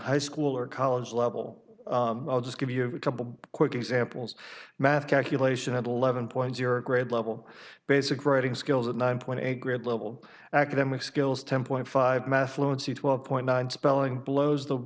high school or college level i'll just give you a couple quick examples math calculation at eleven point zero grade level basic reading skills at nine point eight grade level academic skills ten point five math fluency twelve point nine spelling blows the